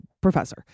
professor